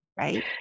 Right